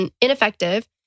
ineffective